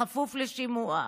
בכפוף לשימוע.